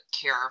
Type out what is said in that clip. care